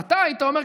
אז אתה היית אומר,